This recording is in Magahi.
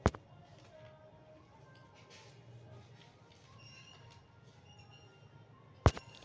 इन्वेस्टमेंट फण्ड कई निवेशक से संबंधित पूंजी के आपूर्ति हई